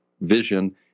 vision